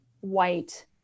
white